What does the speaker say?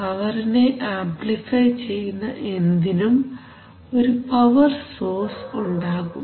പവറിനെ ആംപ്ലിഫൈ ചെയ്യുന്ന എന്തിനും ഒരു പവർ സോഴ്സ് ഉണ്ടാകും